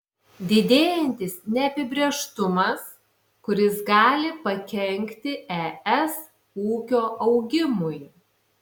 didėjantis neapibrėžtumas kuris gali pakenkti es ūkio augimui